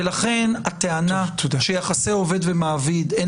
ולכן הטענה שליחסי עובד ומעביד אין